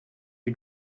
ihr